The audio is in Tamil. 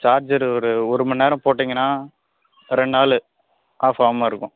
சார்ஜரு ஒரு ஒரு மணி நேரம் போட்டிங்கனா ரெண்டு நாள் ஆஃப் ஆகாம இருக்கும்